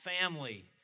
Family